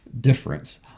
difference